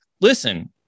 listen